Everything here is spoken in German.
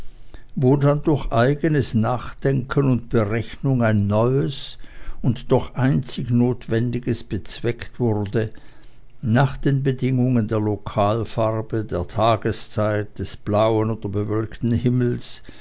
wo dann durch eigenes nachdenken und berechnung ein neues und doch einzig notwendiges bezweckt wurde nach den bedingungen der lokalfarbe der tageszeit des blauen oder bewölkten himmels